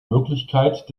möglichkeit